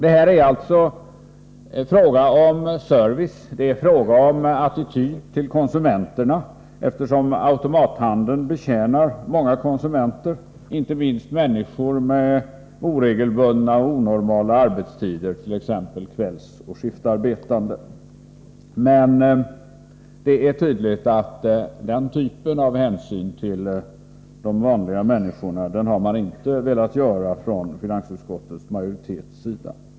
Det här är alltså fråga om service och attityd till konsumenterna — eftersom automathandeln betjänar många konsumenter, inte minst människor med oregelbundna och onormala arbetstider, t.ex. kvällsoch skiftarbetande. Men det är tydligt att finansutskottets majoritet inte har velat ta den typen av hänsyn till de vanliga människorna.